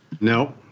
No